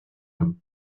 him